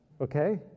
Okay